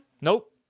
Nope